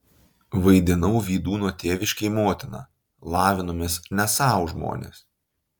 vaidinau vydūno tėviškėj motiną lavinomės ne sau žmonės